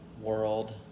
world